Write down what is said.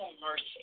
mercy